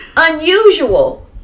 unusual